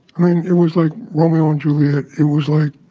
i mean, it was like romeo and juliet it was like,